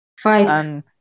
fight